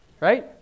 Right